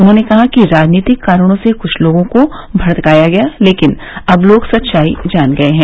उन्होंने कहा कि राजनीतिक कारणों से कुछ लोगों को भड़काया गया लेकिन अब लोग सच्चाई जान गए हैं